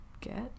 get